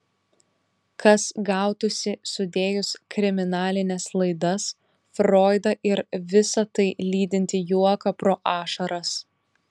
kas gautųsi sudėjus kriminalines laidas froidą ir visa tai lydintį juoką pro ašaras